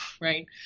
right